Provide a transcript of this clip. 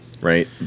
right